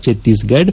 Chhattisgarh